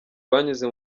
banyuze